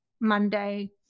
Monday